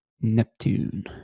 Neptune